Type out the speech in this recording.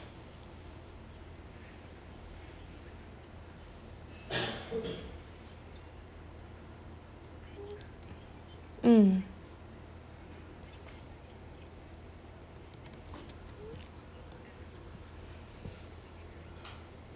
mm